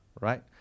Right